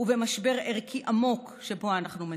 משבר ערכי עמוק שבו אנחנו מצויים.